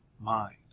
mind